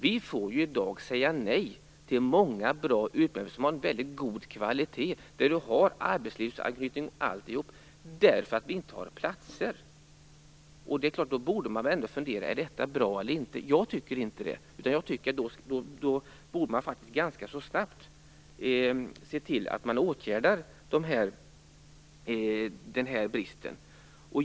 Vi får ju i dag säga nej till många bra utbildningar av mycket god kvalitet, med arbetslivsanknytning osv. därför att vi inte har platser. Då borde man väl fundera över om detta är bra eller inte. Jag tycker inte det. Man borde faktiskt ganska snabbt se till att åtgärder vidtas för att komma till rätta med den här bristen.